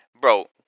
bro